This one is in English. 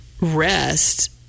rest